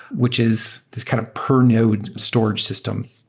which is this kind of per node storage system.